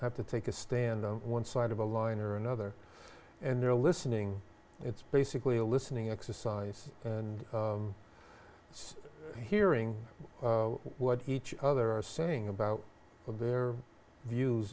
d to take a stand on one side of a line or another and they're listening it's basically a listening exercise and hearing what each other are saying about their views